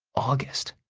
august.